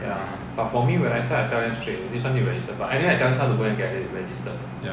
ya